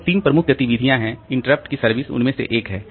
तो 3 प्रमुख गतिविधियां है इंटरप्ट की सर्विस उनमें से एक है